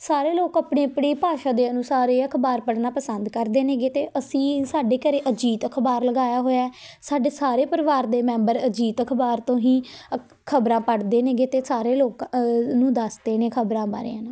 ਸਾਰੇ ਲੋਕ ਆਪਣੀ ਆਪਣੀ ਭਾਸ਼ਾ ਦੇ ਅਨੁਸਾਰ ਇਹ ਅਖ਼ਬਾਰ ਪੜ੍ਹਨਾ ਪਸੰਦ ਕਰਦੇ ਨੇਗੇ ਅਤੇ ਅਸੀਂ ਸਾਡੇ ਘਰ ਅਜੀਤ ਅਖ਼ਬਾਰ ਲਗਾਇਆ ਹੋਇਆ ਸਾਡੇ ਸਾਰੇ ਪਰਿਵਾਰ ਦੇ ਮੈਂਬਰ ਅਜੀਤ ਅਖ਼ਬਾਰ ਤੋਂ ਹੀ ਅ ਖ਼ਬਰਾਂ ਪੜ੍ਹਦੇ ਨੇਗੇ ਅਤੇ ਸਾਰੇ ਲੋਕ ਅ ਉਹਨੂੰ ਦੱਸਦੇ ਨੇ ਖ਼ਬਰਾਂ ਬਾਰੇ